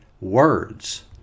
words